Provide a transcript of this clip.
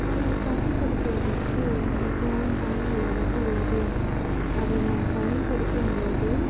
அவை பயன்படுத்துவதற்கு மிகவும் பயனுள்ளதாக உள்ளது அதை நான் பயன்படுத்தும் போது